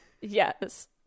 Yes